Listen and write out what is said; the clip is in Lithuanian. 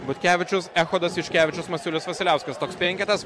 butkevičius echodas juškevičius masiulis vasiliauskas toks penketas